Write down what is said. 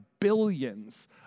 billions